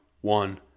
one